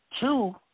Two